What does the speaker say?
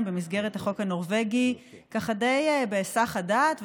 במסגרת החוק הנורבגי ככה די בהיסח הדעת,